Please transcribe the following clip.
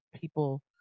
people